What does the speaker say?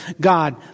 God